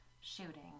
shooting